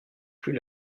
plus